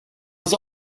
was